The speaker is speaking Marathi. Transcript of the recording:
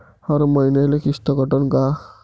हर मईन्याले किस्त कटन का?